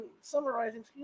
summarizing